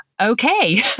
Okay